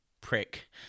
prick